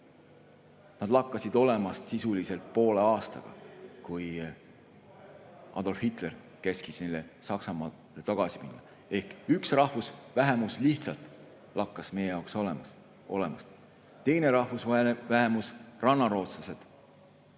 See lakkas olemast sisuliselt poole aastaga, kui Adolf Hitler käskis neil Saksamaale tagasi minna. Ehk üks rahvusvähemus lihtsalt lakkas meie jaoks olemast. Teine rahvusvähemus, rannarootslased,